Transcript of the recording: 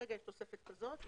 כרגע יש תוספת כזאת.